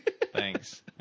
Thanks